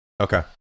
Okay